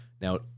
Now